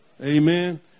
Amen